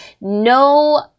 no